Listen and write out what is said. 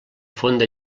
fonda